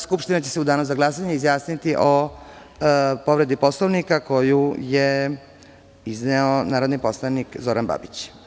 Skupština će se u danu za glasanje izjasniti o povredi Poslovnika koji je izneo narodni poslanik Zoran Babić.